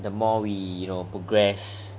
the more we you know progress